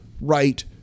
right